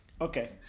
Okay